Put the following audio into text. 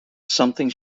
something